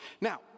Now